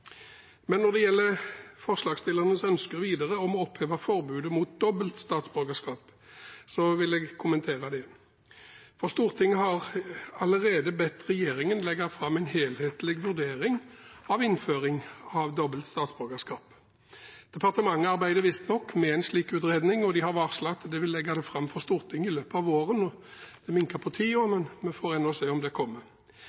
Når det gjelder forslagsstillerens ønske om å oppheve forbudet mot dobbelt statsborgerskap, vil jeg kommentere det. Stortinget har allerede bedt regjeringen legge fram en helhetlig vurdering av innføring av dobbelt statsborgerskap. Departementet arbeider visstnok med en slik utredning, og de har varslet at de vil legge den fram for Stortinget i løpet av våren. Det minker